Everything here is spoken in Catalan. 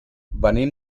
venim